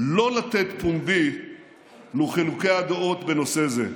שלא לתת פומבי לחילוקי הדעות בנושא זה.